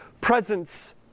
presence